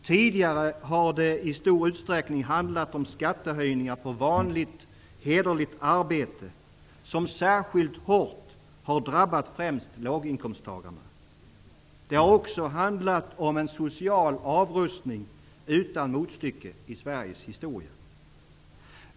Tidigare har det i stor utsträckning handlat om skattehöjningar på vanligt hederligt arbete som särskilt hårt har drabbat främst låginkomsttagarna. Det har också handlat om en social avrustning som saknar motstycke i Sveriges historia.